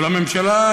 אבל הממשלה,